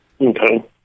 Okay